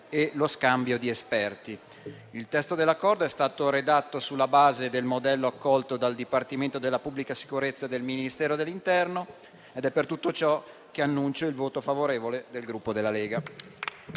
e lo scambio di esperti. Il testo dell'Accordo è stato redatto sulla base del modello accolto dal Dipartimento della pubblica sicurezza del Ministero dell'interno. È per tutto ciò che annuncio il voto favorevole del Gruppo Lega